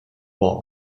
wall